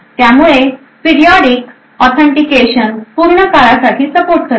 त्यामुळे periodic authentication पूर्ण काळासाठी सपोर्ट करेल